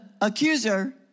accuser